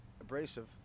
abrasive